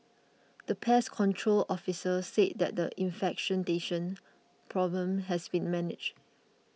the pest control officer said that the infestation problem has been managed